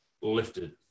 lifted